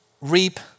reap